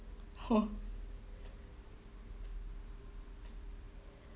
hor